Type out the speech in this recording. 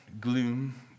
gloom